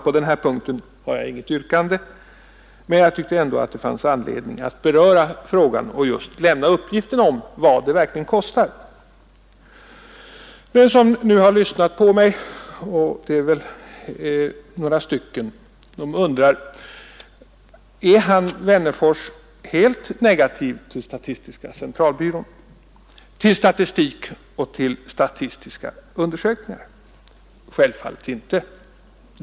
På den här punkten har jag inte något yrkande, men jag tyckte ändå att det fanns anledning att beröra frågan och just lämna uppgiften om vad det verkligen kostar. De som nu har lyssnat på mig — det är väl några stycken — undrar: Är Wennerfors helt negativ till statistiska centralbyrån, till statistik och till statistiska undersökningar? Självfallet inte!